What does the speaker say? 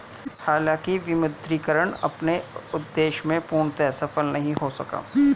हालांकि विमुद्रीकरण अपने उद्देश्य में पूर्णतः सफल नहीं हो सका